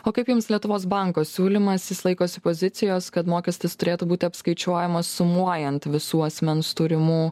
o kaip jums lietuvos banko siūlymas jis laikosi pozicijos kad mokestis turėtų būti apskaičiuojamas sumuojant visų asmens turimų